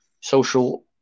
social